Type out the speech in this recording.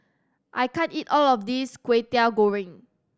I can't eat all of this Kwetiau Goreng